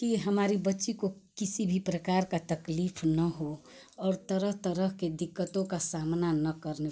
कि हमारी बच्ची को किसी भी प्रकार की तकलीफ न हो और तरह तरह की दिक्कतों का सामना न करने